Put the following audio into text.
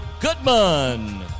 Goodman